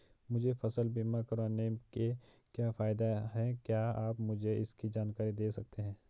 मुझे फसल बीमा करवाने के क्या फायदे हैं क्या आप मुझे इसकी जानकारी दें सकते हैं?